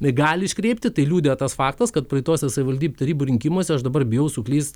gali iškreipti tai liudija tas faktas kad praeituose savivaldybių tarybų rinkimuose aš dabar bijau suklyst